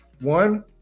One